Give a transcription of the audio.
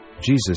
Jesus